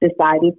Decided